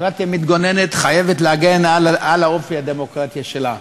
דמוקרטיה מתגוננת חייבת להגן על האופי הדמוקרטי שלה,